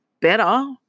better